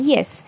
Yes